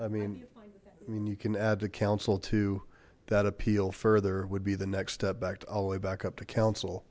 i mean i mean you can add to council to that appeal further would be the next step back to all the way back up to coun